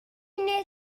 munud